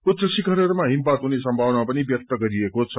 उच्च शिखरहरूमा हिमपात हुन सम्भावना पनि व्यक्त गरिएको छ